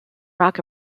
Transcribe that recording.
rock